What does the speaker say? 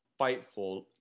Fightful